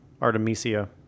Artemisia